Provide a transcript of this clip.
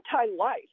anti-life